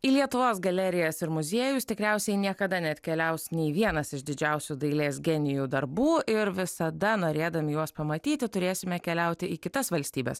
į lietuvos galerijas ir muziejus tikriausiai niekada neatkeliaus nei vienas iš didžiausių dailės genijų darbų ir visada norėdami juos pamatyti turėsime keliauti į kitas valstybes